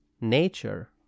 Nature